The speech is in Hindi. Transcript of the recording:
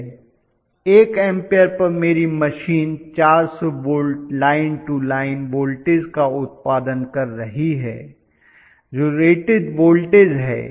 1 एम्पीयर पर मेरी मशीन 400 volt line to line voltage का उत्पादन कर रही है जो रेटेड वोल्टेज है